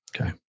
Okay